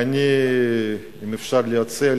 ואם אפשר להציע,